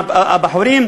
הבחורים,